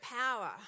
power